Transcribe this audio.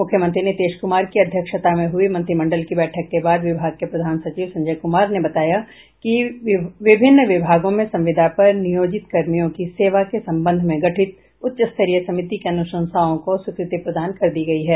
मुख्यमंत्री नीतीश कुमार की अध्यक्षता में हुई मंत्रिमंडल की बैठक के बाद विभाग के प्रधान सचिव संजय कुमार ने बताया कि विभिन्न विभागों में संविदा पर नियोजित कर्मियों की सेवा के संबंध में गठित उच्च स्तरीय समिति की अनुशंसाओं को स्वीकृति प्रदान कर दी गई है